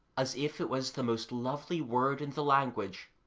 as if it was the most lovely word in the language.